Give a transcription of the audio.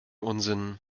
unsinn